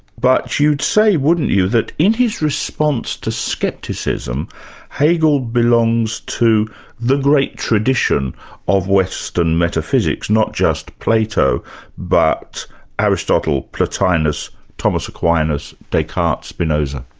but you'd say, wouldn't you, that in his response to scepticism, hegel belongs to the great tradition of western metaphysics, not just plato but aristotle, plotinus, thomas aquinas, descartes, spinoza?